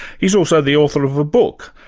he's also the author of a book,